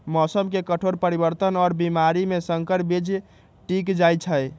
मौसम के कठोर परिवर्तन और बीमारी में संकर बीज टिक जाई छई